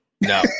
No